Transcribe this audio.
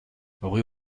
rue